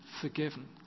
forgiven